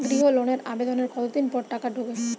গৃহ লোনের আবেদনের কতদিন পর টাকা ঢোকে?